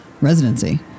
residency